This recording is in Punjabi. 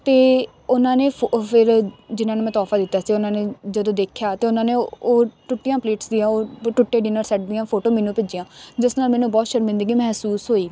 ਅਤੇ ਉਹਨਾਂ ਨੇ ਫਿ ਫਿਰ ਜਿਹਨਾਂ ਨੂੰ ਮੈਂ ਤੋਹਫਾ ਦਿੱਤਾ ਸੀ ਉਹਨਾਂ ਨੇ ਜਦੋਂ ਦੇਖਿਆ ਅਤੇ ਉਹਨਾਂ ਨੇ ਉਹ ਟੁੱਟੀਆਂ ਪਲੇਟਸ ਦੀਆਂ ਉਹ ਟੁੱਟੇ ਡਿਨਰ ਸੈੱਟ ਦੀਆਂ ਫੋਟੋ ਮੈਨੂੰ ਭੇਜੀਆਂ ਜਿਸ ਨਾਲ ਮੈਨੂੰ ਬਹੁਤ ਸ਼ਰਮਿੰਦਗੀ ਮਹਿਸੂਸ ਹੋਈ